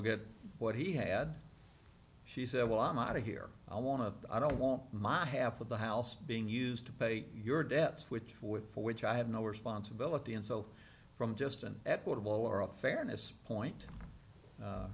get what he had she said well i'm out of here i want to i don't want my half of the house being used to pay your debts which for which i have no responsibility and so from just an equitable or a fairness point